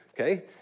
okay